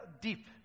deep